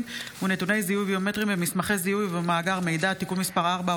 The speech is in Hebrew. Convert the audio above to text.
ונתוני זיהוי ביומטריים במסמכי זיהוי ובמאגר מידע (תיקון מס' 4,